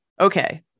Okay